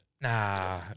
Nah